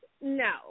No